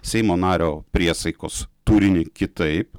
seimo nario priesaikos turinį kitaip